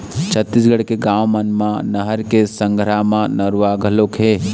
छत्तीसगढ़ के गाँव मन म नहर के संघरा म नरूवा घलोक हे